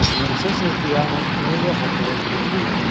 ir princesės dianos muilo operos burbulai